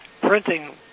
printing